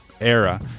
era